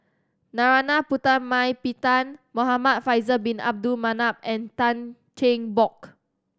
Narana Putumaippittan Muhamad Faisal Bin Abdul Manap and Tan Cheng Bock